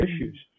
issues